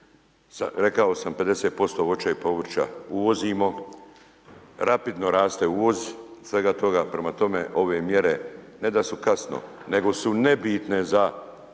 Rekao sam, 50% voća i povrća uvozimo, rapidno raste uvoz svega toga. Prema tome, ove mjere ne da su kasno, nego su nebitne za